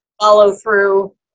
follow-through